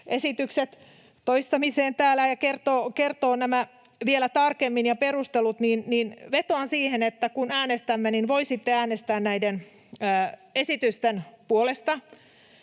perustelut toistamiseen täällä ja kertoo nämä vielä tarkemmin, niin vetoan siihen, että kun äänestämme, voisitte äänestää näiden esitysten puolesta.